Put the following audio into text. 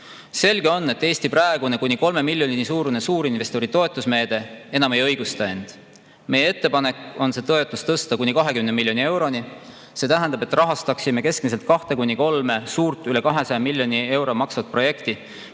Selge on, et Eesti praegune kuni 3 miljoni suurune suurinvestori toetusmeede enam ei õigusta end. Meie ettepanek on see toetus tõsta kuni 20 miljoni euroni. See tähendab, et rahastaksime keskmiselt kaht kuni kolme suurt, üle 200 miljoni euro maksvat projekti,